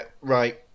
right